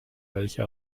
welche